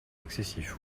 excessif